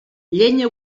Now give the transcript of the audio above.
llenya